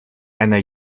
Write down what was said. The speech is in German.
einer